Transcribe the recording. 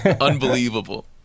Unbelievable